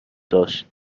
داشت